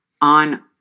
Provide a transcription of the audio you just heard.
on